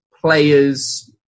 players